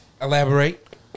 Elaborate